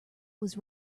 was